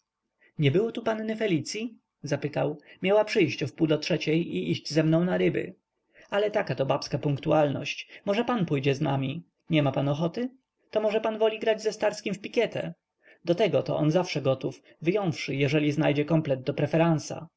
nie było tu panny felicyi zapytał miała przyjść o wpół do trzeciej i iść ze mną na ryby ale taka to babska punktualność może pan pójdzie z nami niema pan ochoty to może pan woli grać ze starskim w pikietę do tego on zawsze gotów wyjąwszy jeżeli znajdzie komplet do